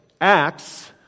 Acts